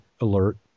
alert